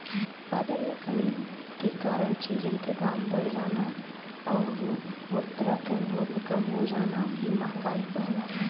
उत्पादन में कमी के कारण चीजन क दाम बढ़ जाना आउर मुद्रा क मूल्य कम हो जाना ही मंहगाई कहलाला